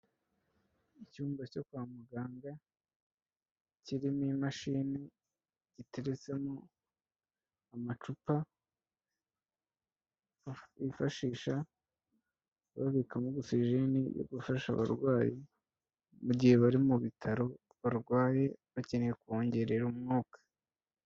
Icyumba cyo kwa muganga kirimo imashini, giteretsemo amacupa bifashisha babikamo ogisijeni yo gufasha abarwayi mu gihe bari mu bitaro barwaye bakeneye kubongerera umwuka